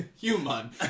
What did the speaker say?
Human